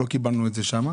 לא קיבלנו את זה שמה.